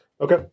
okay